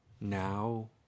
now